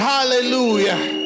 Hallelujah